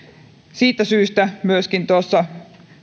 siitä syystä myöskin tuossa